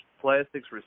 plastics